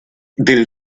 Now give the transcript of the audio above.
del